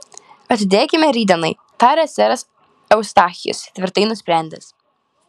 atidėkime rytdienai tarė seras eustachijus tvirtai nusprendęs